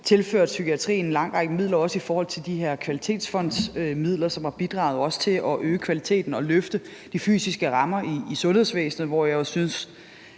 tilførte psykiatrien en lang række midler, også i form af de her kvalitetsfondsmidler, som også har bidraget til at øge kvaliteten og løfte de fysiske rammer i sundhedsvæsenet. Og her synes